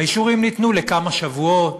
האישורים ניתנו לכמה שבועות,